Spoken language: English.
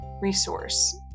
resource